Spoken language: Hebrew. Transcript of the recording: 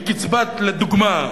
לדוגמה,